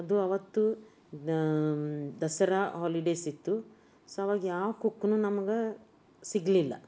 ಅದು ಆವತ್ತು ದಸರಾ ಹಾಲಿಡೇಸ್ ಇತ್ತು ಸೊ ಆವಾಗ ಯಾವ ಕುಕ್ಕೂ ನಮ್ಗೆ ಸಿಗಲಿಲ್ಲ